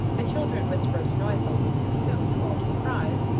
the children whispered noisily, and soon, to our surprise,